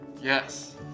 Yes